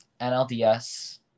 NLDS